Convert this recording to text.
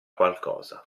qualcosa